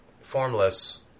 formless